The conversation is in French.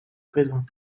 présent